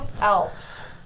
Alps